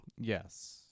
Yes